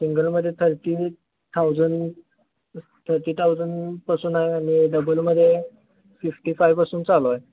सिंगलमध्ये thirty thousand thirty थाऊजंडपासून आहे आणि डबलमध्ये फिफ्टी फायपासून चालू आहे